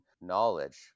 knowledge